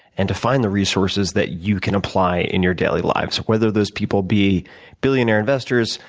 and to find the resources that you can apply in your daily lives whether those people be billionaire investors,